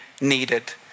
needed